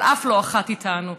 אבל אף לא אחת איתנו.